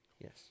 Yes